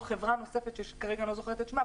או חברה נוספת שכרגע אני לא זוכרת את שמה,